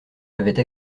avaient